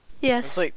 Yes